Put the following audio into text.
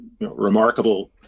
remarkable